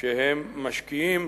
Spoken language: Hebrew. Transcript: שהם משקיעים,